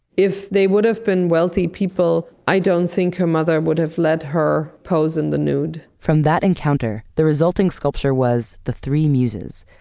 if they would have been wealthy people, i don't think her mother would have let her pose in the nude. from that encounter, the resulting sculpture was the three muses.